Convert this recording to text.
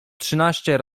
trzynaście